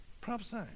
Prophesy